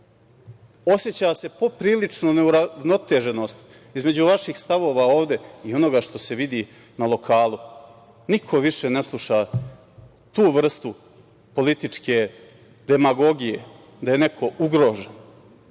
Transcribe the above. oseća se poprilična neuravnoteženost između vaših stavova ovde i onoga što se vidi na lokalu. Niko više ne sluša tu vrstu političke demagogije da je neko ugrožen. Znate,